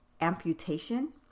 amputation